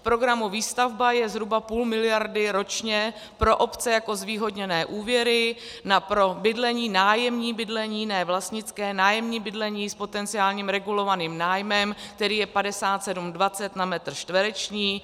V programu Výstavba je zhruba půl miliardy ročně pro obce jako zvýhodněné úvěry pro bydlení, nájemní bydlení ne vlastnické, nájemní bydlení s potenciálně regulovaným nájmem, který je 57,20 na metr čtvereční.